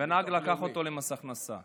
הנהג לקח אותו למס הכנסה.